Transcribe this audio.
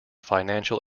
financial